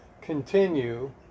continue